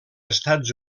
estats